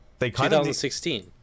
2016